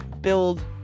build